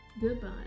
Goodbye